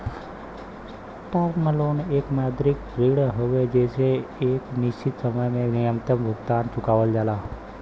term loan एक मौद्रिक ऋण हौ जेसे एक निश्चित समय में नियमित भुगतान चुकावल जाला